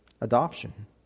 adoption